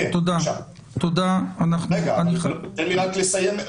תן לי רק לסיים.